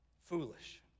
foolish